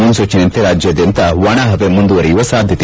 ಮುನೂಚನೆಯಂತೆ ರಾಜ್ಯಾದ್ಯಂತ ಒಣ ಹವೆ ಮುಂದುವರೆಯುವ ಸಾಧ್ಯತೆ